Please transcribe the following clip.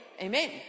Amen